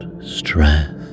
stress